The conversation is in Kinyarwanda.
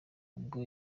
ubwo